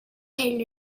held